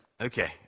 Okay